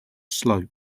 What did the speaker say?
slope